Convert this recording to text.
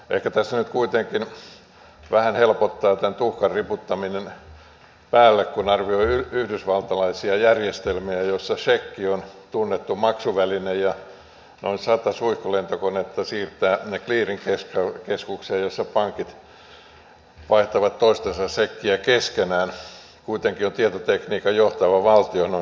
ehkä tässä nyt kuitenkin vähän helpottaa tämän tuhkan ripottaminen päälle kun arvioi yhdysvaltalaisia järjestelmiä joissa sekki on tunnettu maksuväline ja noin sata suihkulentokonetta siirtää ne clearing keskukseen jossa pankit vaihtavat toistensa sekkejä keskenään kuitenkin se on tietotekniikan johtava valtio noin kaiken kaikkiaan